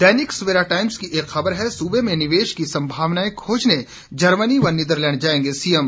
दैनिक Savera Times की एक खबर है सूबे में निवेश की संभावनाएं खोजने जर्मनी व नीदरलैंड जाएंगे सीएम